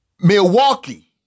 Milwaukee